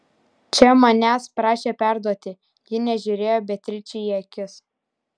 čia manęs prašė perduoti ji nežiūrėjo beatričei į akis